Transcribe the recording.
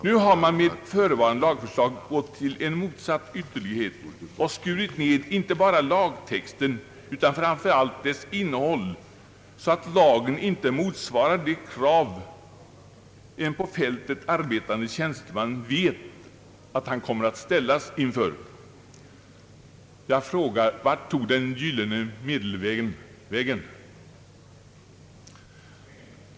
Nu har man med förevarande lagförslag gått till en motsatt ytterlighet och skurit ned inte bara lagtexten utan även, och framför allt, dess innehåll, så att lagen inte motsvarar de krav en på fältet arbetande tjänsteman vet att han kommer att ställas inför. Jag frågar: Vart tog den gyllene medelvägen vägen?